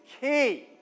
key